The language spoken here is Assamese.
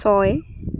ছয়